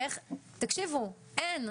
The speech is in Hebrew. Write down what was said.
תקשיבו - אין.